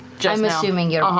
i'm assuming you're, ah